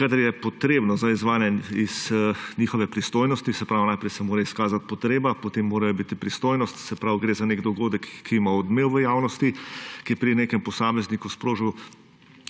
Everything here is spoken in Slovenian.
in kadar je potrebno za izvajanje iz njihove pristojnosti, se pravi, najprej se mora izkazati potreba, potem mora biti pristojnost. Se pravi, gre za nek dogodek, ki ima odmev v javnosti, ki je pri nekem posamezniku sprožil